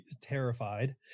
terrified